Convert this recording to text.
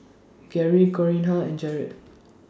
Gerri Corinna and Jarred